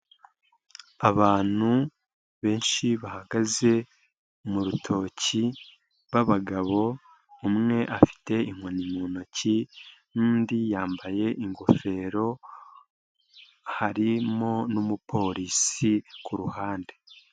Abantu benshi bahagaze mu rutoki babagabo, umwe afite inkoni mu ntoki, undi yambaye ingofero harimo n'umupolisi kuruhande.